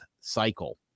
cycle